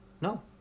No